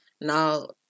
now